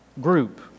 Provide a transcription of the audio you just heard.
group